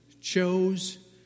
chose